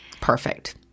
Perfect